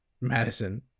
Madison